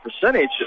percentage